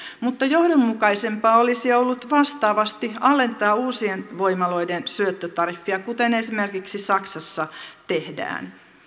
mutta johdonmukaisempaa olisi ollut vastaavasti alentaa uusien voimaloiden syöttötariffia kuten esimerkiksi saksassa tehdään